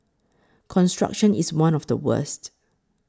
construction is one of the worst